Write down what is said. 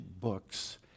books